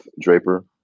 Draper